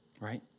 right